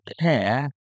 care